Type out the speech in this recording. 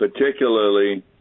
particularly